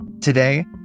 Today